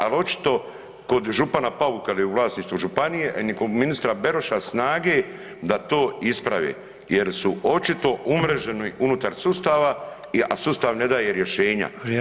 Ali očito kod župana Pauka kad je u vlasništvu županije, niti ministra Beroša snage da to ispravi jer su očito umreženi unutar sustava, a sustav ne daje rješenja.